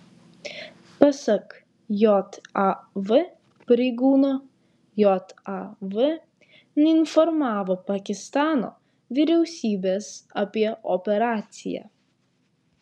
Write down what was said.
pasak jav pareigūno jav neinformavo pakistano vyriausybės apie operaciją